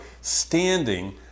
standing